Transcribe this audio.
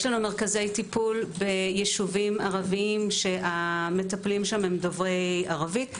יש לנו מרכזי טיפול בישובים ערביים שהמטפלים שם הם דוברי ערבית.